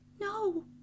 no